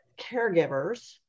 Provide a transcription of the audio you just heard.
caregivers